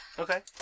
Okay